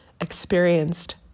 experienced